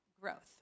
growth